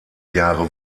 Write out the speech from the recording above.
jahre